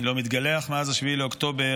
אני לא מתגלח מאז 7 באוקטובר,